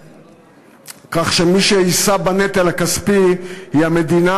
כך שמי שתישא בנטל הכספי היא המדינה,